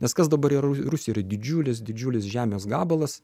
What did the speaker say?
nes kas dabar yra rusija yra didžiulis didžiulis žemės gabalas